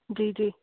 जी जी